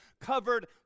covered